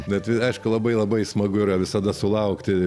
bet aišku labai labai smagu yra visada sulaukti